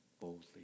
boldly